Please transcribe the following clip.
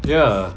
ya